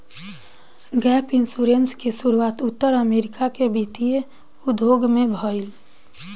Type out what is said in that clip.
gap insurance के शुरुआत उत्तर अमेरिका के वित्तीय उद्योग में भईल